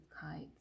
kites